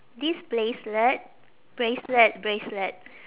this bracelet bracelet bracelet